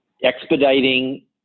Expediting